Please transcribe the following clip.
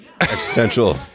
existential